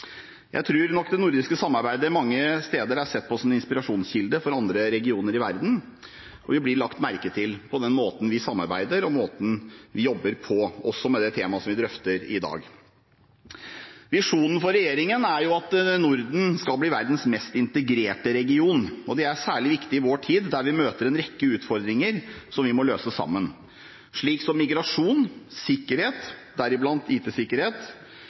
Jeg tror nok det nordiske samarbeidet mange steder er sett på som en inspirasjonskilde for andre regioner i verden. Vi blir lagt merke til for den måten vi samarbeider på og måten vi jobber på, også med det temaet som vi drøfter i dag. Visjonen til regjeringen er at Norden skal bli verdens mest integrerte region. Det er særlig viktig i vår tid, da vi møter en rekke utfordringer som vi må løse sammen, som migrasjon og sikkerhet, deriblant